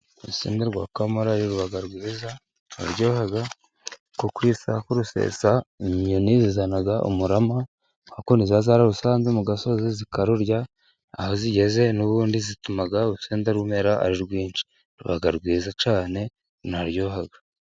Urusenda rwa kamurari ruba rwiza ruraryoha kuko iyo ushaka kurusesa, inyoni zizana umurama nka kwakundi ziba zararusanze mu gasozi zikarurya aho zigeze n' ubundi zituma, urusenda rumera ari rwinshi ruba rwiza cyane ruraryoha.